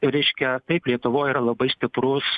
reiškia taip lietuvoj yra labai stiprus